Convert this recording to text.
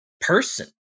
person